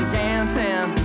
dancing